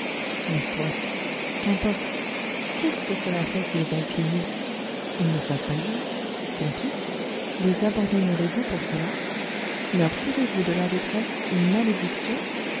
mais soit qu'importe qu'est-ce que cela fait qu'ils aillent pieds nus ils ne savent pas lire tant pis les abandonnerez vous pour cela leur ferez-vous de leur détresse une malédiction